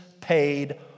paid